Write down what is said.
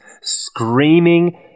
screaming